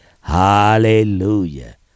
Hallelujah